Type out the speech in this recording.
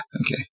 Okay